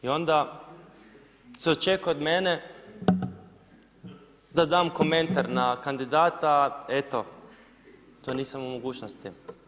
I onda se očekuje od mene da dam komentar na kandidata, eto to nisam u mogućnosti.